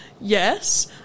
yes